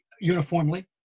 uniformly